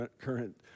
current